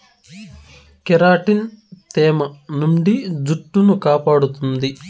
keratin తేమ నుండి జుట్టును కాపాడుతుంది